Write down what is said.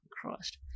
Christ